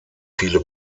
viele